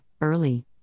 early